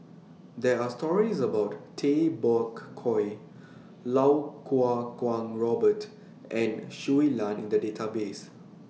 There Are stories about Tay Bak Koi Lau Kuo Kwong Robert and Shui Lan in The Database